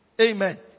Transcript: Amen